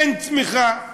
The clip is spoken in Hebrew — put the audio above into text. אין צמיחה,